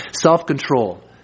self-control